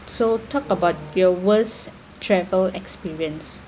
so talk about your worst travel experience